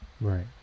Right